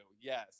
Yes